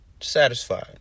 satisfied